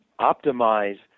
optimize